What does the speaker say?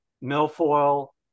milfoil